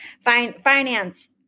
finance